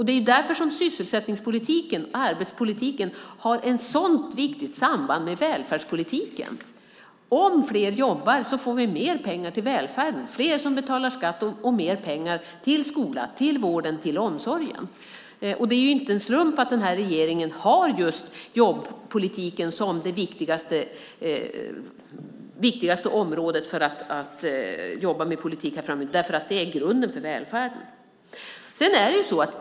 Det är därför som sysselsättningspolitiken, arbetspolitiken, har ett så viktigt samband med välfärdspolitiken. Om fler jobbar får vi mer pengar till välfärden, fler som betalar skatt och mer pengar till skola och till vården och omsorgen. Det är inte en slump att den här regeringen har jobbpolitiken som det viktigaste området. Det är grunden för välfärden.